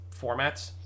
formats